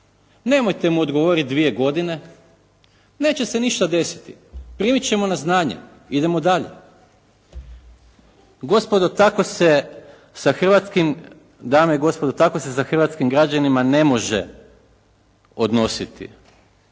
nemojte mu odgovoriti dvije godine. Neće se ništa desiti, primit ćemo na znanje. Idemo dalje! Gospodo tako se sa hrvatskim, dame i gospodo,